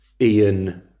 Ian